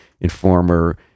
informer